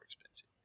expensive